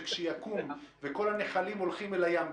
שיקום,